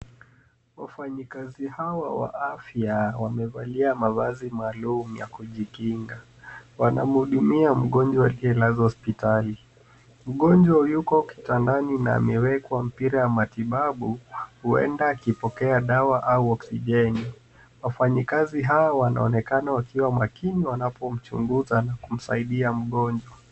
Wafanyikazi hawa wa afya wamevalia mavazi maalum ya kujikinga. Wanamhudumia mgonjwa aliyelazwa hospitali. Mgonjwa yuko kitandani na amewekwa mpira wa kimatibabu huenda akipokea dawa au oksijeni. Wafanyikazi hawa wanaonekana wakiwa makini wanapomchunguza na kumsaidia mgonjwa.